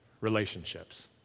relationships